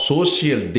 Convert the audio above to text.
Social